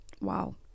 Wow